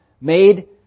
made